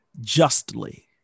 justly